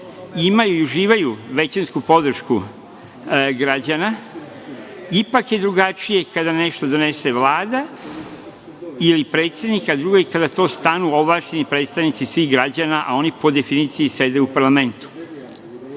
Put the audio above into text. imaju i uživaju većinsku podršku građana, ipak je drugačije kada nešto donese Vlada ili predsednik, a drugo je kada tu stanu ovlašćeni predstavnici svih građana, a oni po definiciji sede u parlamentu. Bez